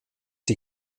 die